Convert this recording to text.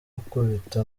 gukubita